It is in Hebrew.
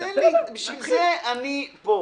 בשביל זה אני פה.